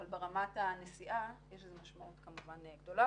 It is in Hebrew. אבל ברמת הנסיעה יש לזה משמעות גדולה,